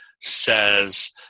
says –